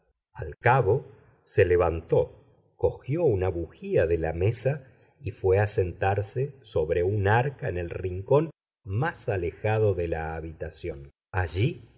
al cabo se levantó cogió una bujía de la mesa y fué a sentarse sobre un arca en el rincón más alejado de la habitación allí